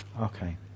Okay